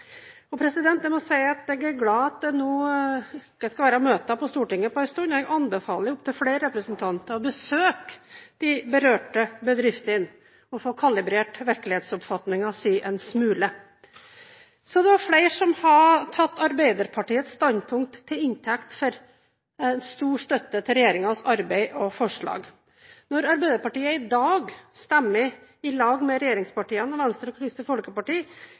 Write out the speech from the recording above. Jeg må si at jeg er glad for at det nå ikke skal være møter på Stortinget på en stund, og jeg anbefaler opptil flere representanter å besøke de berørte bedriftene og få kalibrert virkelighetsoppfatningen sin en smule. Så er det flere som har tatt Arbeiderpartiets standpunkt til inntekt for stor støtte til regjeringens arbeid og forslag. Når Arbeiderpartiet i dag stemmer i lag med regjeringspartiene, Venstre og Kristelig Folkeparti,